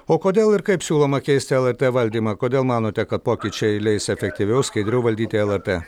o kodėl ir kaip siūloma keisti lrt valdymą kodėl manote kad pokyčiai leis efektyviau skaidriau valdyti lrt